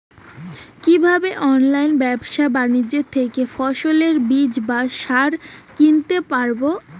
কীভাবে অনলাইন ব্যাবসা বাণিজ্য থেকে ফসলের বীজ বা সার কিনতে পারবো?